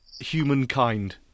humankind